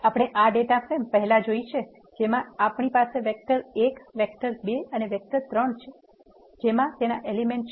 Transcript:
આપણે આ data frame પહેલા જોઇ છે જેમાં આપણી પાસે વેક્ટર 1 વેક્ટર 2 વેક્ટર 3 છે જેમાં તેના એલિમેન્ટ છે